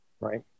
Right